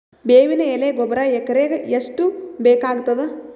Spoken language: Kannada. ಬೇವಿನ ಎಲೆ ಗೊಬರಾ ಎಕರೆಗ್ ಎಷ್ಟು ಬೇಕಗತಾದ?